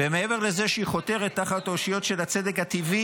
ומעבר לזה שהיא חותרת תחת האושיות של הצדק הטבעי,